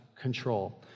control